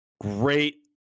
great